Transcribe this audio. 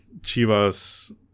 Chivas